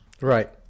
Right